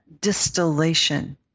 distillation